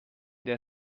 der